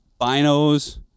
binos